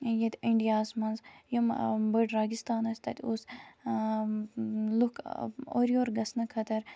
ییٚتہِ اِنڈیاہَس مَنز یِم بٔڑۍ راگِستان ٲسۍ تَتہِ اوس لُکھ اورٕ یورٕ گَژھَنہٕ خٲطرٕ